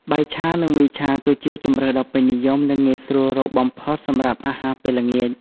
បាយឆា និង មីឆា គឺជាជម្រើសដ៏ពេញនិយម និងងាយស្រួលរកបំផុតសម្រាប់អាហារពេលល្ងាច ។